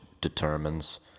determines